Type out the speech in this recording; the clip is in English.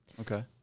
Okay